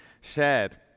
shared